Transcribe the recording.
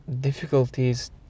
difficulties